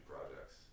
projects